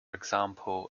example